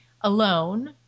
alone